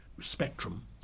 spectrum